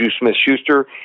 Smith-Schuster